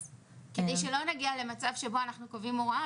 כדי שלא נגיע למצב שבו אנחנו קובעים הוראה